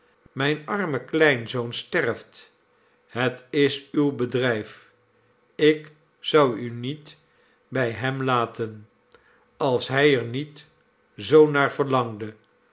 mijn arme kleinzoon sterft het is uw bedrijf ik zou u niet bij hem laten als hij er niet zoo naar verlangde